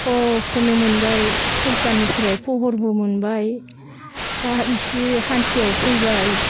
सबखौनो मोनबाय सरखारनिफ्राय फहरबो मोनबाय दा इसे सान्थियाव फैबाय